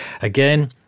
Again